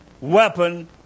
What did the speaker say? weapon